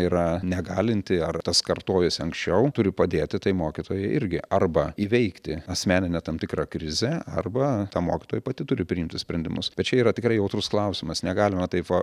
yra negalinti ar tas kartojosi anksčiau turi padėti tai mokytojai irgi arba įveikti asmeninę tam tikrą krizę arba ta mokytoja pati turi priimtus sprendimus bet čia yra tikrai jautrus klausimas negalima taip va